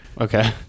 Okay